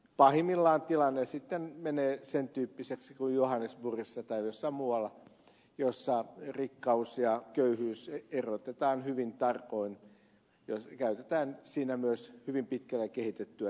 pahimmillaan tilanne sitten menee sen tyyppiseksi kuin johannesburgissa tai jossain muualla missä rikkaus ja köyhyys erotetaan hyvin tarkoin ja käytetään myös hyvin pitkälle kehitettyä teknologiaa